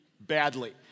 badly